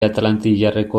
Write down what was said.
atlantiarreko